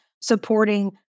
supporting